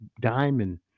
diamond